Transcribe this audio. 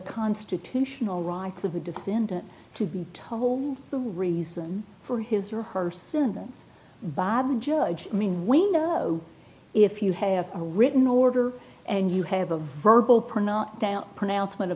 constitutional rights of the defendant to be told the reason for his or her sentence bob the judge i mean we know if you have a written order and you have a verbal pernot down pronouncement